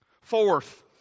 Fourth